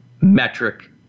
metric